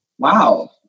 wow